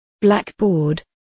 Blackboard